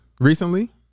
recently